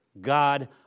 God